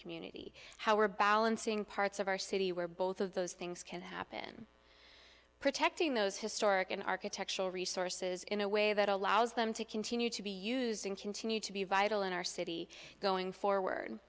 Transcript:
community how we're balancing parts of our city where both of those things can happen protecting those historic an architectural resources in a way that allows them to continue to be using continue to be vital in our city going forward